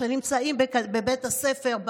שנמצאים בבית הספר,